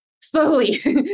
slowly